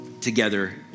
together